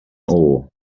ore